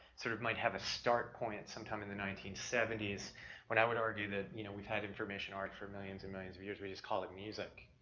sort of might have a startpoint sometime in the nineteen so when i would argue that, you know, we've had information art for millions and millions of years we just call it music.